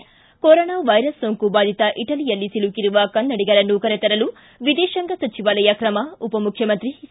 ಿ corona virus ಸೋಂಕು ಬಾಧಿತ ಇಟಲಿಯಲ್ಲಿ ಸಿಲುಕಿರುವ ಕನ್ನಡಿಗರನ್ನು ಕರೆತರಲು ವಿದೇಶಾಂಗ ಸಚಿವಾಲಯ ಕ್ರಮ ಉಪಮುಖ್ಯಮಂತ್ರಿ ಸಿ